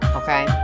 okay